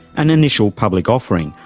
an initial public offering,